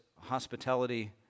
hospitality